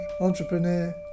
entrepreneur